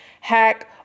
hack